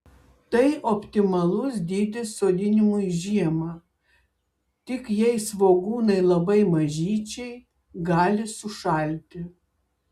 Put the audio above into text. tai optimalus dydis sodinimui žiemą tik jei svogūnai labai mažyčiai gali sušalti